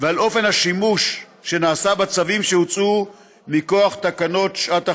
ועל אופן השימוש שנעשה בצווים שהוצאו מכוח תקנות שעת החירום.